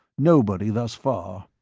nobody, thus far.